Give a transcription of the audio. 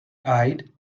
eyed